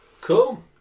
cool